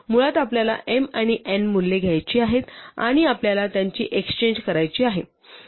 मुळात आपल्याला m आणि n मूल्ये घ्यायची आहेत आणि आपल्याला त्यांची एक्सचेन्ज करायची आहे